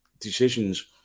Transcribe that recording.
decisions